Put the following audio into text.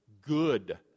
good